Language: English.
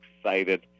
excited